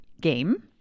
game